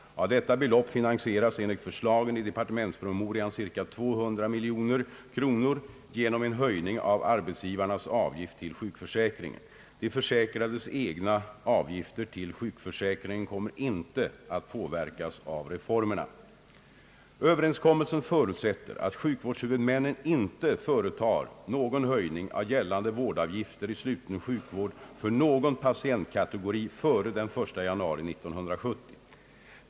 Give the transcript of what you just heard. Av detta belopp finansieras enligt förslagen i departementspromemorian ca 200 miljoner kronor genom en höjning av arbetsgivarnas avgift till sjukförsäkringen. De försäkrades egna avgifter till sjukförsäkringen kommer inte att påverkas av reformerna. Överenskommelsen «förutsätter att sjukvårdshuvudmännen inte företar någon höjning av gällande vårdavgifter i sluten sjukvård för någon patientkategori före den 1 januari 1970.